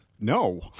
No